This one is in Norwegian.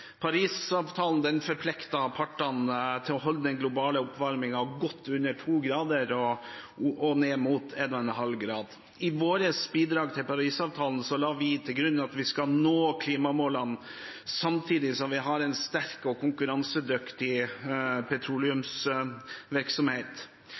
Parisavtalen forplikter partene til å holde den globale oppvarmingen godt under 2 grader, og ned mot 1,5 grader. I vårt bidrag til Parisavtalen la vi til grunn at vi skal nå klimamålene, samtidig som vi har en sterk og konkurransedyktig